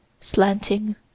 slanting